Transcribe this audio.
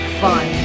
fun